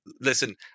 Listen